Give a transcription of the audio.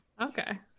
okay